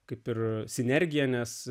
kaip ir sinergija nes